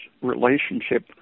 relationship